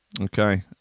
Okay